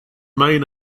main